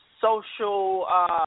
social